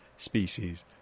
Species